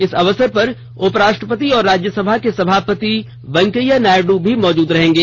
इस अवसर पर उपराष्ट्रपति और राज्यसभा के सभापति वेंकैया नायडू भी मौजूद रहेंगे